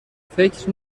فکر